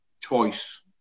twice